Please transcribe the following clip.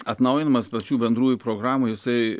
atnaujinamas pačių bendrųjų programų jisai